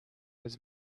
was